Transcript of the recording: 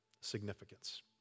significance